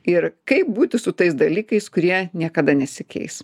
ir kaip būti su tais dalykais kurie niekada nesikeis